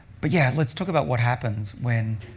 but yeah, let's talk about what happens when